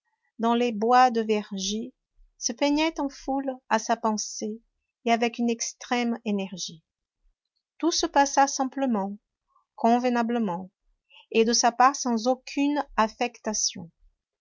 dans les bois de vergy se peignaient en foule à sa pensée et avec une extrême énergie tout se passa simplement convenablement et de sa part sans aucune affectation